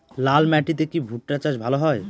লাল মাটিতে কি ভুট্টা চাষ ভালো হয়?